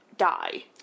die